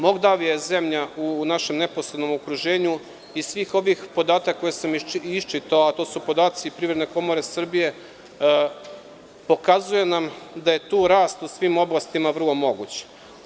Moldavija je zemlja u našem neposrednom okruženju i svi ovi podaci koje sam isčitao, a to su podaci Privredne komore Srbije , pokazuju nam da je tu rast u svim oblastima vrlo moguća.